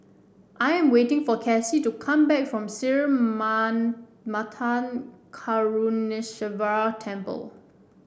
I am waiting for Casie to come back from Sri man Karuneshvarar Temple